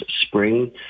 spring